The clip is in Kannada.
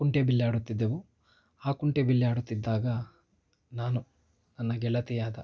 ಕುಂಟೆಬಿಲ್ಲೆ ಆಡುತ್ತಿದ್ದೆವು ಆ ಕುಂಟೆಬಿಲ್ಲೆ ಆಡುತ್ತಿದ್ದಾಗ ನಾನು ನನ್ನ ಗೆಳತಿಯಾದ